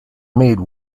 made